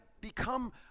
become